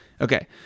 Okay